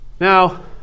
now